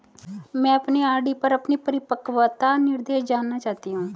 मैं अपनी आर.डी पर अपना परिपक्वता निर्देश जानना चाहती हूँ